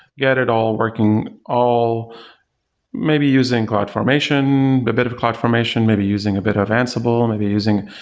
get it all working all maybe using cloud formation, a bit of cloud formation, maybe using a bit of ansible, and maybe using